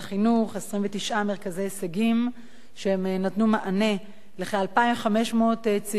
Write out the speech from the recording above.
מרכזי הישגים שנתנו מענה לכ-2,500 צעירים וצעירות